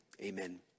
amen